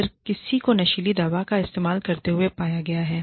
अगर किसी को नशीली दवा का इस्तेमाल करते हुए पाया गया है